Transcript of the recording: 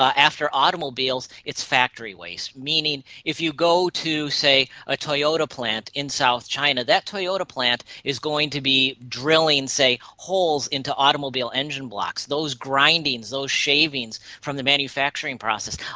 ah after automobiles, it's factory waste. meaning if you go to, say, a toyota plant in south china, that toyota plant is going to be drilling holes into automobile engine blocks. those grindings, those shavings from the manufacturing process,